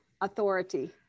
authority